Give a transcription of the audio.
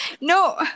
no